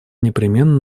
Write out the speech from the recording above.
непременно